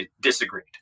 disagreed